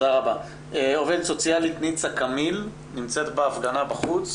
עובדת סוציאלית ניצה קמיל שנמצאת בהפגנה בחוץ